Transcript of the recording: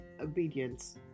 obedience